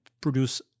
produce